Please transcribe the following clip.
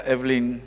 Evelyn